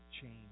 change